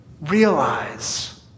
realize